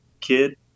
kid